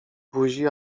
buzi